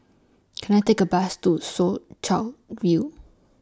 Can I Take A Bus to Soo Chow View